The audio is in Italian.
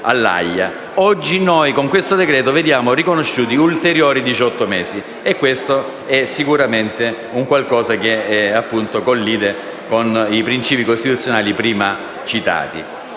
Oggi noi, con questo decreto-legge, vediamo riconosciuti ulteriori diciotto mesi; e questo è sicuramente un qualcosa che collide con i principi costituzionali prima citati.